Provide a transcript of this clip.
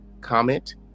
Comment